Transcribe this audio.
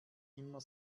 immer